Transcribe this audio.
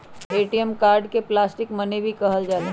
ATM card के plastic money भी कहल जाहई